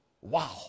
Wow